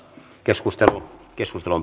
keskustelua ei syntynyt